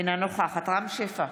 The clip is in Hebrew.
אינה נוכחת רם שפע,